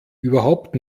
überhaupt